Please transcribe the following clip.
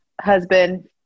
husband